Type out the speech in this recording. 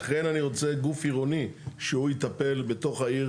לכן אני רוצה גוף עירוני שהוא יטפל בתוך העיר